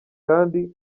hari